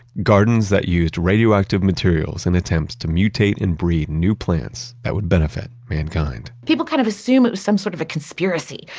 gardens that used radioactive materials in attempts to mutate and breed new plants that would benefit mankind people kind of assumed it was some sort of a conspiracy.